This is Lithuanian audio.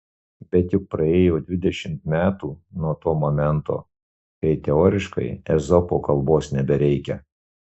bet juk praėjo dvidešimt metų nuo to momento kai teoriškai ezopo kalbos nebereikia